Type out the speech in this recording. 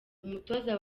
umutoza